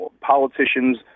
politicians –